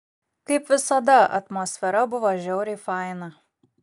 kaip visada atmosfera buvo žiauriai faina